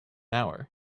hour